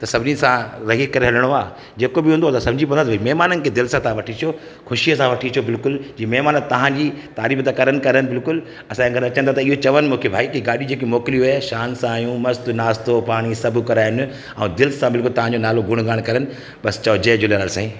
त सभिनीनि सां रही करे हलिणो आहे जेको बि हूंदो त सम्झी पवंदासीं भाई महिमाननि खे दिलि सां तव्हां वठी अचो ख़ुशीअ सां वठी अचो बिलकुलु जीअं महिमान तव्हां जी तारीफ़ त करनि करनि बिलकुलु असांजे घरु अचनि था त इहो चवनि मूंखे भाई गाॾी जेकी मोकिली हुए शान सां आहियूं मस्तु नास्तो पाणी सभु करायुनि ऐं दिलि सां तव्हांजो नालो गुणुगानु करनि बसि चओ जय झूलेलाल साईं